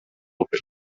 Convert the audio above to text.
open